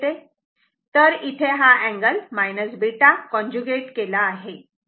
तर इथे हा अँगल β कॉन्जुगेट केला आहे